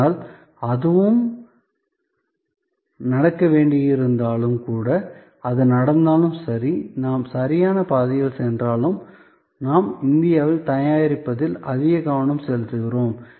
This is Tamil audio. ஆனால் அதுவும் அதுவும் நடக்க வேண்டியிருந்தாலும் கூட அது நடந்தாலும் சரி நாம் சரியான பாதையில் சென்றாலும் நாம் இந்தியாவில் தயாரிப்பதில் அதிக கவனம் செலுத்துகிறோம்